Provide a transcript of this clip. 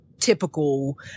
typical